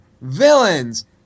villains